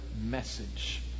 message